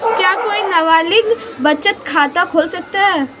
क्या कोई नाबालिग बचत खाता खोल सकता है?